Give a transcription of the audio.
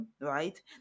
right